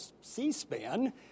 C-SPAN